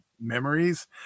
memories